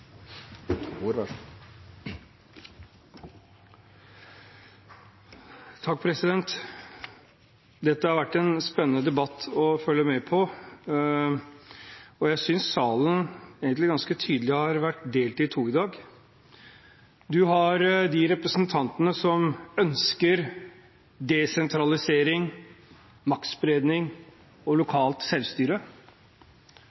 Dette har vært en spennende debatt å følge med på. Jeg synes at salen ganske tydelig har vært delt i to i dag. Man har de representantene som ønsker desentralisering, maktspredning og lokalt selvstyre,